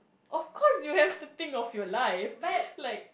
of course you have to think of your life like